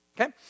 Okay